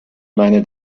meine